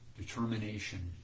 Determination